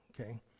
Okay